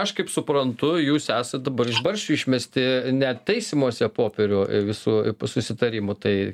aš kaip suprantu jūs esat dabar iš barščių išmesti net taisymosi popierių visų susitarimų tai